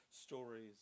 stories